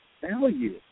value